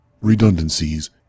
Redundancies